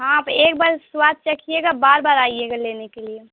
ہاں آپ ایک بار سواد چکھییے گا بار بار آئیے گا لینے کے لیے